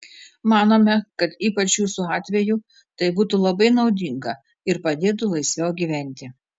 manome kad ypač jūsų atveju tai būtų labai naudinga ir padėtų laisviau gyventi